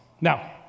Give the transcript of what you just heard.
Now